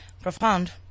Profound